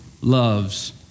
loves